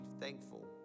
thankful